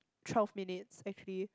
twelve minutes actually